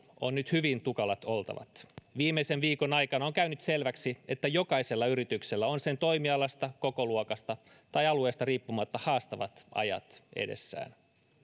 on nyt hyvin tukalat oltavat viimeisen viikon aikana on käynyt selväksi että jokaisella yrityksellä on sen toimialasta kokoluokasta tai alueesta riippumatta haastavat ajat edessään